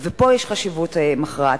ופה יש חשיבות מכרעת.